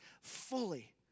fully